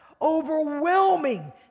overwhelming